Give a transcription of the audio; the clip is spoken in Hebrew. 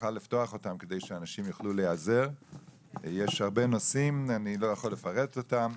יש הרבה נושאים, אני לא יכול לפרט אותם,